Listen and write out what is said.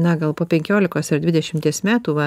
na gal po penkiolikos ar dvidešimties metų va